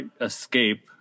escape